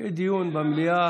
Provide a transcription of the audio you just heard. שיהיה דיון במליאה.